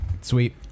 Sweet